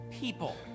people